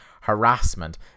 harassment